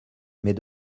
mais